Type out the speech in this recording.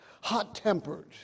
Hot-tempered